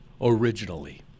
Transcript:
originally